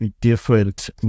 different